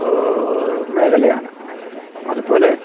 മേഖലയാണ് അതുപോലെ